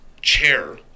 chair